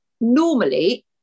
normally